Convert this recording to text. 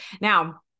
Now